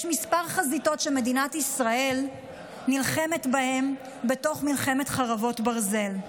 יש כמה חזיתות שמדינת ישראל נלחמת בהן בתוך מלחמת חרבות ברזל.